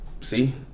See